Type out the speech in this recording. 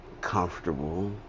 comfortable